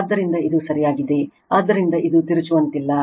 ಆದ್ದರಿಂದ ಇದು ಸರಿಯಾಗಿದೆ ಆದ್ದರಿಂದ ಇದು ತಿರುಚುವಂತಿಲ್ಲ